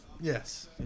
Yes